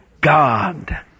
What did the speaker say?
God